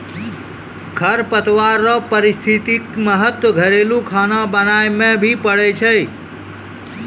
खरपतवार रो पारिस्थितिक महत्व घरेलू खाना बनाय मे भी पड़ै छै